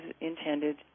intended